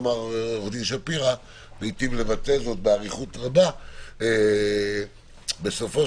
אני דווקא כן שמעתי את חברי עו"ד שפירא ואני לא בטוחה שהוא התכוון